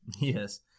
Yes